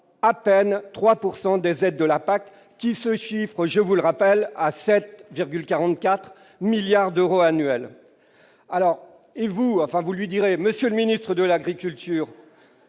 des des aides de la PAC, qui se chiffre, je vous le rappelle, à 7,44 milliards d'euros annuels alors et vous, enfin vous lui direz Monsieur le Ministre de l'Agriculture,